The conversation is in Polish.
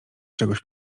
czegoś